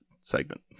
segment